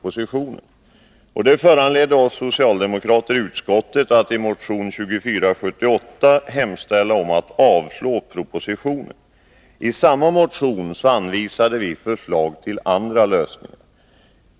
Detta föranledde oss socialdemokrater i utskottet att i motion 2478 hemställa om att riksdagen skulle avslå propositionen. I samma motion anvisade vi förslag till andra lösningar.